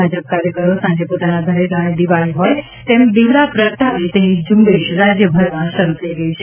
ભાજપ કાર્યકરો સાંજે પોતાના ઘરે જાણે દિવાળી હોય તેમ દિવડાં પ્રગટાવે તેની ઝૂંબેશ રાજ્યભરમાં શરૂ થઈ ગઈ છે